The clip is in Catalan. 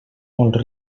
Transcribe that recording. molt